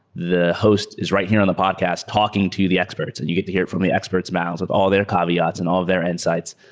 the host is right here in the podcast talking to the expert and you get to hear it from the experts mouths with all their caveats and all their insights.